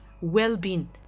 well-being